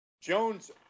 Jones